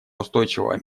устойчивого